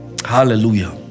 Hallelujah